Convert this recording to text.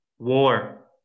war